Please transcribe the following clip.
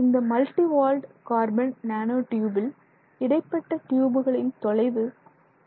இந்த multi walled carbon nano டியூபில் இடைப்பட்ட டியூபுகளின் தொலைவு 3